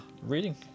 reading